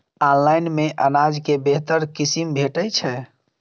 Online मे अनाज केँ बेहतर किसिम भेटय छै?